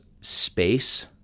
space